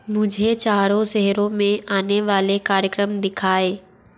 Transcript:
मुझे चारों शहरों में आने वाले कार्यक्रम दिखाएँ